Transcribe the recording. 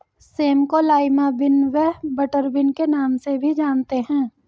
same को lima bean व butterbean के नाम से भी जानते हैं